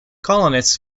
colonists